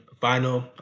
final